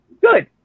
Good